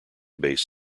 based